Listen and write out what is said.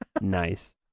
Nice